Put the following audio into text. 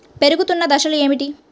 పెరుగుతున్న దశలు ఏమిటి?